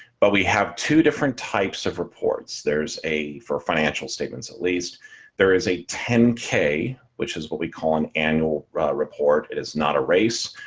but we have two different types of reports, there's a for financial statements at least there is a ten k, which is what we call an annual report is not a race.